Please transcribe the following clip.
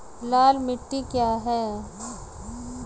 लाल मिट्टी क्या है?